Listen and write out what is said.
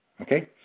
Okay